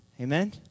Amen